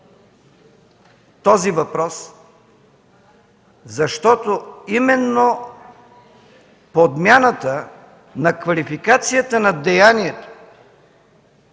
този въпрос, защото именно подмяната на квалификацията на деянието